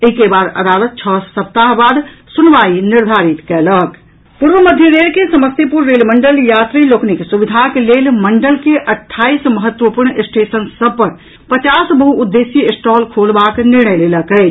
एहि के बाद अदालत छओ सप्ताह बाद सुनवाई निर्धारित कयलक पूर्व मध्य रेल के समस्तीपुर रेल मंडल यात्री लोकनिक सुविधाक लेल मंडल के अट्ठाईस महत्वपूर्ण स्टेशन सभ पर पचास बहुउद्देशिय स्टॉल खोलबाक निर्णय लेलक अछि